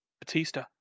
Batista